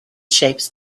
shapes